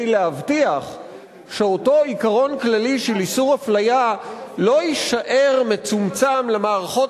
להבטיח שאותו עיקרון כללי של איסור אפליה לא יישאר מצומצם למערכות